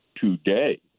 today